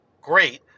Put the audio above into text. Great